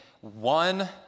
one